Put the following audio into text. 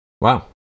Wow